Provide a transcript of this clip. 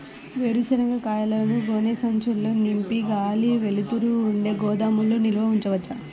వేరుశనగ కాయలను గోనె సంచుల్లో నింపి గాలి, వెలుతురు ఉండే గోదాముల్లో నిల్వ ఉంచవచ్చా?